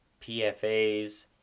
PFAs